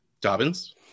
Dobbins